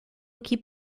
aqui